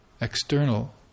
external